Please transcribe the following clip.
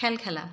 খেল খেলা